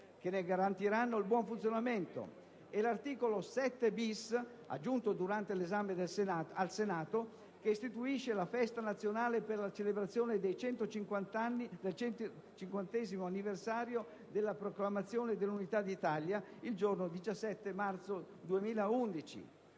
che ne garantiranno il buon funzionamento, e l'articolo 7-*bis*, aggiunto durante l'esame al Senato, che istituisce la festa nazionale per la celebrazione del 150° anniversario della proclamazione dell'Unità d'Italia, il giorno 17 marzo 2011.